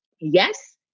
Yes